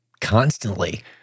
constantly